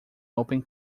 open